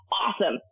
awesome